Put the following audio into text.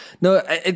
No